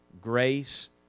grace